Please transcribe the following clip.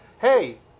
hey